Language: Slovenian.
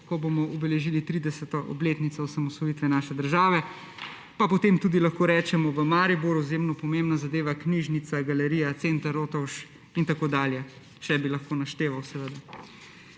ko bomo obeležili 30. obletnico osamosvojitve naše države, pa potem tudi v Mariboru izjemno pomembna zadeva knjižnica, galerija, center Rotovž in tako dalje, še bi lahko našteval.